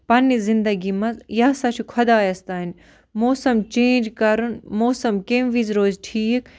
پَنٛنہِ زِندگی منٛز یہِ ہسا چھُ خۄدایَس تام موسم چینٛج کَرُن موسم کَمہِ وِزِ روزِ ٹھیٖک